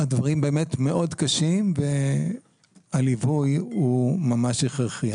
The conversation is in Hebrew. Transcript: הדברים באמת מאוד קשים, והליווי הוא ממש הכרחי.